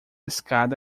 escada